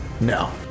No